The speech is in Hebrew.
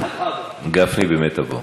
גפני במיטבו.